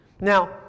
Now